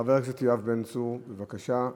חבר הכנסת יואב בן צור, בבקשה.